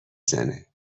زنه